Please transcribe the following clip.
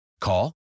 Call